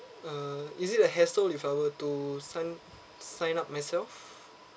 uh is it a hassle if I were to sign sign up myself